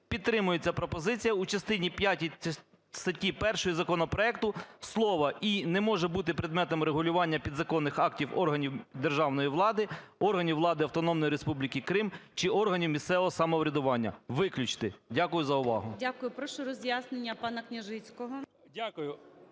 підтримується пропозиція у частині п'ятій статті 1 законопроекту, слова: "і не може бути предметом регулювання" підзаконних актів органів державної влади, органів влади Автономної Республіки Крим чи органів місцевого самоврядування – виключити. Дякую за увагу. ГОЛОВУЮЧИЙ. Дякую. Прошу роз'яснення пана Княжицького.